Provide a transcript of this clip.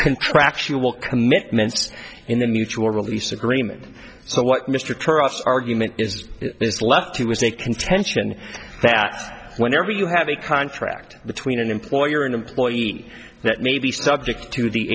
contractual commitments in the mutual release agreement so what mr argument is is left he was a contention that whenever you have a contract between an employer and employee that may be subject to the